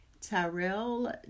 Tyrell